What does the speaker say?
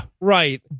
right